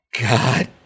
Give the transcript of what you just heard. god